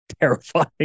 Terrifying